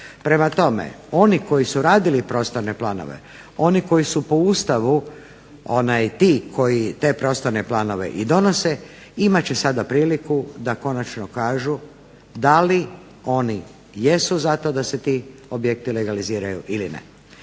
Prema tome, oni koji su radili prostorne planove, oni koji su po Ustavu ti koji te prostorne planove i donose imat će sada priliku da konačno kažu da li oni jesu za to da se ti objekti legaliziraju ili ne.